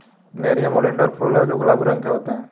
nerium oleander फूल हैं जो गुलाबी रंग के होते हैं